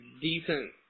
decent